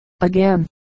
Again